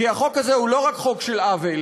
כי החוק הזה הוא לא רק חוק של עוול,